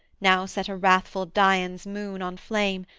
now set a wrathful dian's moon on flame,